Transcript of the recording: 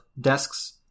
desks